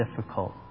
difficult